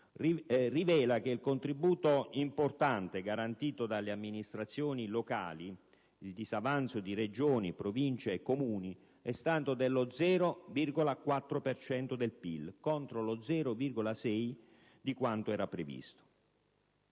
rivela che il contributo importante garantito dalle amministrazioni locali, il disavanzo di Regioni, Province e Comuni, è stato pari allo 0,4 per cento del PIL contro lo 0,6 previsto.